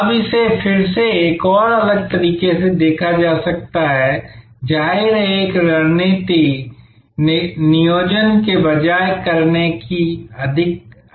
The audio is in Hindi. अब इसे फिर से एक और अलग तरीके से देखा जा सकता है जाहिर है एक रणनीति नियोजन के बजाय करने की अधिक है